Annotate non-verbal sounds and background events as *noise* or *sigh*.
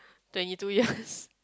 twenty two years *laughs*